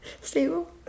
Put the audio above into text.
Stable